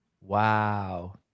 Wow